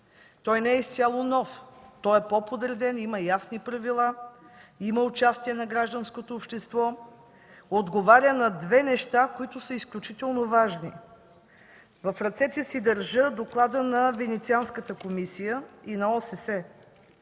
Не е изцяло нов. Той е по-подреден, има ясни правила, има участие на гражданското общество. Отговаря на две неща, които са изключително важни. В ръцете си държа Доклада на Венецианската комисия и на ОССЕ,